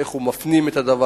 איך הוא מפנים את הדבר,